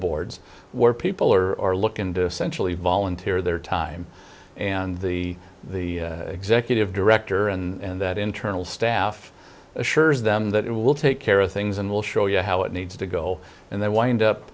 boards where people are or look into essentially volunteer their time and the the executive director and that internal staff assures them that it will take care of things and will show you how it needs to go and then wind